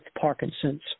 Parkinson's